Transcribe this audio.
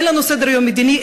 אין לנו סדר-יום מדיני,